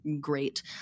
great